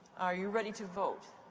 are you ready to vote?